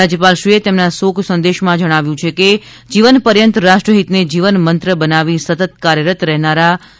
રાજ્યપાલશ્રીએ એમના શોક સંદેશમાં જણાવ્યુ છે કે જીવન પર્યન્ત રાષ્ટ્રહિતને જીવનમંત્ર બનાવી સતત કાર્યરત રહેનારા સ્વ